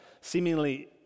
seemingly